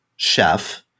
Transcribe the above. Chef